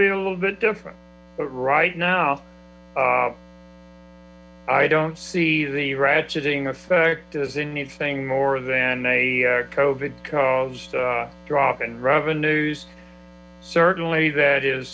being a little bit different right now i don't see the ratcheting effect as anything more than a covid caused a drop in revenues certainly that is